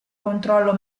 controllo